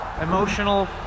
emotional